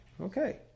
Okay